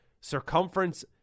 circumference